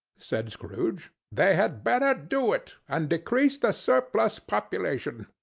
said scrooge, they had better do it, and decrease the surplus population.